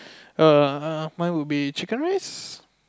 err mine would be chicken rice